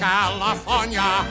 California